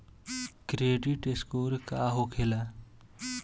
Credit score का होखेला?